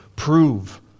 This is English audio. Prove